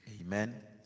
amen